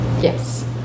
yes